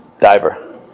diver